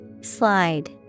Slide